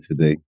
today